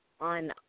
On